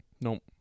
Nope